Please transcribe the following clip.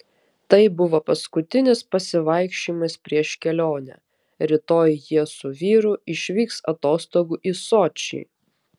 tai buvo paskutinis pasivaikščiojimas prieš kelionę rytoj jie su vyru išvyks atostogų į sočį